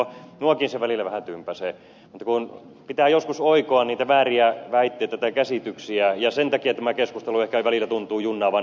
minuakin se välillä vähän tympäisee mutta kun pitää joskus oikoa niitä vääriä väitteitä tai käsityksiä ja sen takia tämä keskustelu ehkä välillä tuntuu junnaavan paikallaan